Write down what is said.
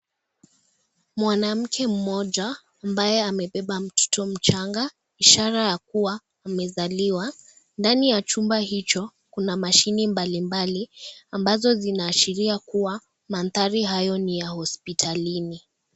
Mwanamke mmoja, ambaye amebeba mtoto mchanga, ishara ya kuwa amezaliwa. Ndani ya chumba hicho, kuna mashini mbalimbali ambazo zinaashiria kuwa, mandhari hayo ni ya hospitalini.